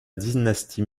dynastie